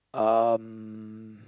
um